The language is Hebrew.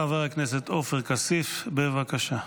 חבר הכנסת עופר כסיף, בבקשה,